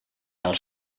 als